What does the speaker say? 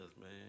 man